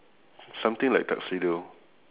something like tuxedo